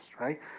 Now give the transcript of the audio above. right